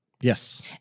Yes